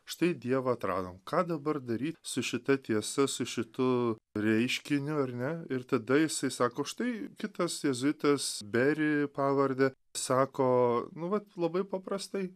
štai dievą atradom ką dabar daryt su šita tiesa su šitu reiškiniu ar ne ir tada jisai sako štai kitas jėzuitas beri pavarde sako nu vat labai paprastai